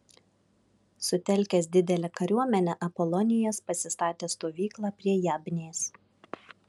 sutelkęs didelę kariuomenę apolonijas pasistatė stovyklą prie jabnės